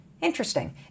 Interesting